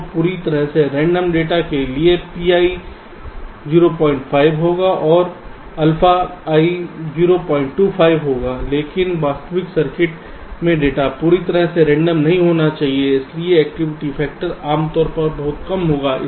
तो पूरी तरह से रेंडम डेटा के लिए Pi 05 होगा और इसलिए alpha i 025 होगा लेकिन वास्तविक सर्किट में डेटा पूरी तरह से रेंडम नहीं होगा इसलिए एक्टिविटी फैक्टर आमतौर पर बहुत कम होंगे